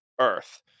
earth